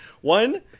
One